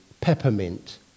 peppermint